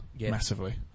massively